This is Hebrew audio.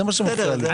זה מה שמפריע לי.